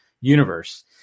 universe